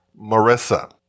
Marissa